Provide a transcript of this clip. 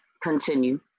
continue